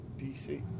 DC